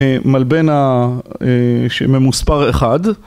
מלבן ה... שממוספר 1.